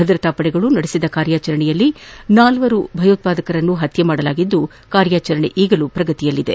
ಭದ್ರತಾ ಪಡೆಗಳು ನಡೆಸಿದ ಕಾರ್ಯಾಚರಣೆಯಲ್ಲಿ ನಾಲ್ವರು ಭಯೋತ್ಪಾದಕರ ಹತ್ಯೆಯಾಗಿದ್ದು ಕಾರ್ಯಾಚರಣೆ ಪ್ರಗತಿಯಲ್ಲಿದೆ